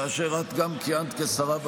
כאשר את גם כיהנת כשרה בממשלה,